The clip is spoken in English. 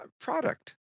product